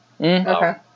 Okay